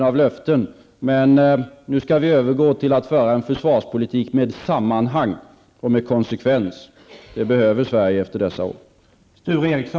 Har regeringen för avsikt att tillfälligt inplacera samtliga församlingar i Örnsköldsviks kommun inom stödområde 2?